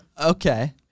Okay